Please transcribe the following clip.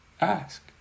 ask